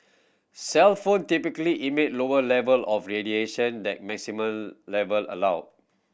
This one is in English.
cellphone typically emit lower level of radiation than maximum level allowed